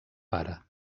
pare